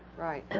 right.